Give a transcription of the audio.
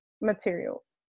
materials